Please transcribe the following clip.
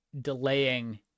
delaying